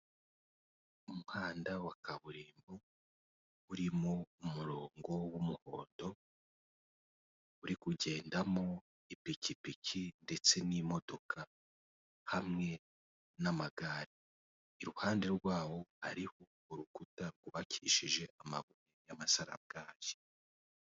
Umuhanda wa kaburimbo urimo umurongo w'umuhondo uri kugendamo ipikipiki ndetse n'imodoka hamwe n'amagare, iruhande rwawo hariho urukuta rwubakishije amabuye y'amasarabwayi.